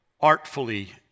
artfully